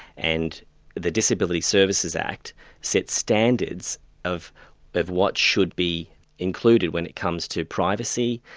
and the disability services act sets standards of of what should be included when it comes to privacy,